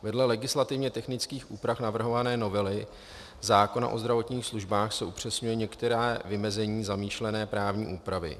Vedle legislativně technických úprav navrhované novely zákona o zdravotních službách se upřesňují některá vymezení zamýšlené právní úpravy.